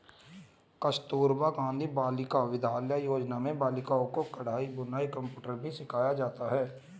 कस्तूरबा गाँधी बालिका विद्यालय योजना में बालिकाओं को कढ़ाई बुनाई कंप्यूटर भी सिखाया जाता है